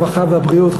הרווחה והבריאות,